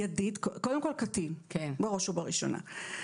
קודם כל קטין, בראש ובראשונה.